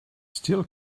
still